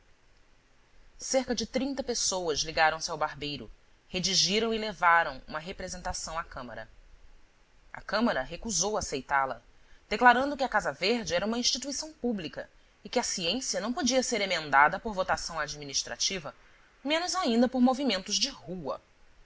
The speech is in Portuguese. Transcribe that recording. cerca de trinta pessoas ligaram se ao barbeiro redigiram e levaram uma representação à câmara a câmara recusou aceitá la declarando que a casa verde era uma instituição pública e que a ciência não podia ser emendada por votação administrativa menos ainda por movimentos de rua